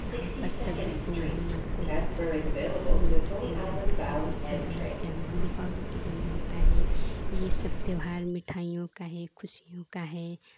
यहाँ पर सभी के मन को भाता है होली के दिन बनती है गुझिया गुलाब जामुन दीपावली के दिन बनता है यह सब त्योहार मिठाइयों का है ख़ुशियों का है